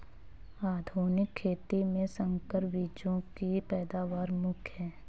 आधुनिक खेती में संकर बीजों की पैदावार मुख्य हैं